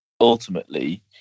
Ultimately